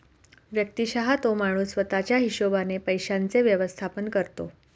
व्यक्तिशः तो माणूस स्वतः च्या हिशोबाने पैशांचे व्यवस्थापन करतो